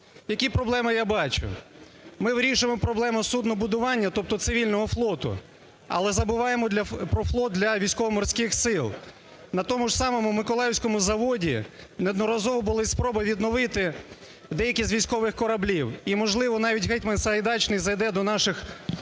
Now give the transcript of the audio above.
Які проблеми я бачу. Ми вирішуємо проблему суднобудування, тобто цивільного флоту, але забуваємо про флот для Військово-Морських Сил. На тому ж самому миколаївському заводі неодноразово були спроби відновити деякі з військових кораблів і можливо, навіть "Гетьман Сагайдачний" зайде до наших миколаївських